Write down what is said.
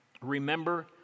remember